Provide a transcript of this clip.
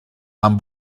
amb